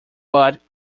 but